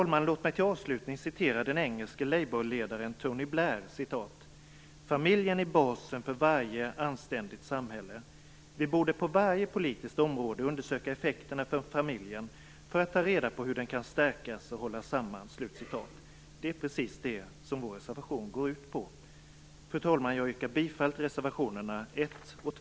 Låt mig avslutningsvis citera den engelske labourledaren Tony Blair: "Familjen är basen för varje anständigt samhälle. Vi borde på varje politiskt område undersöka effekterna för familjen, för att ta reda på hur den kan stärkas och hållas samman." Det är precis detta som vår reservation går ut på. Fru talman! Jag yrkar bifall till reservationerna 1